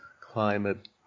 climate